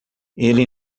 ele